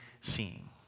seeing